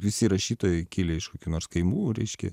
visi rašytojai kilę iš kokių nors kaimų reiškia